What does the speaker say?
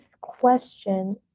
question